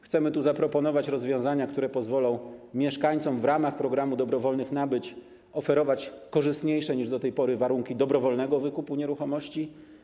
Chcemy tu zaproponować rozwiązania, które pozwolą oferować mieszkańcom w ramach programu dobrowolnych nabyć korzystniejsze niż do tej pory warunki dobrowolnego wykupu nieruchomości.